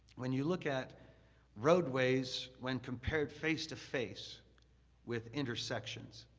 when you look at roadways when compared face-to-face with intersections,